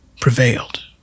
prevailed